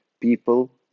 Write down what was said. people